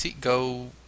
go